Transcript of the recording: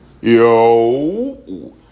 yo